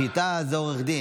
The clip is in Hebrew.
השיטה זה עורך דין,